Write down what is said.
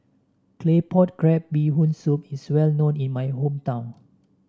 Claypot Crab Bee Hoon Soup is well known in my hometown